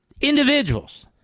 individuals